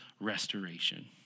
restoration